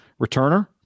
returner